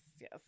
yes